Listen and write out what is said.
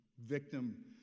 victim